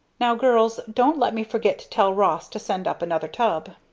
now, girls, don't let me forget to tell ross to send up another tub.